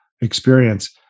experience